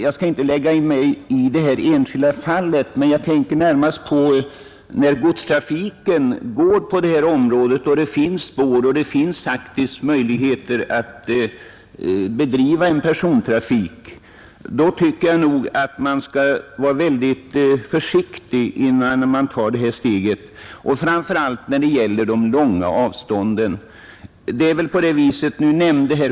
Jag skall inte lägga mig i detta enskilda fall. Men jag tänker på att godstrafiken ändå går på detta område och att det finns spår, så att det faktiskt skulle vara möjligt att bedriva en persontrafik. Då tycker jag att man skall vara mycket försiktig innan man tar ett sådant här steg, framför allt när det gäller de långa avstånden.